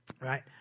Right